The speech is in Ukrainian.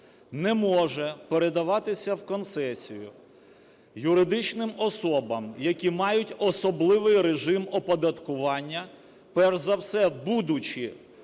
Не може передаватися в концесію юридичним особам, які мають особливий режим оподаткування, перш за все, будучи